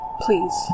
Please